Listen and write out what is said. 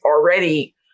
already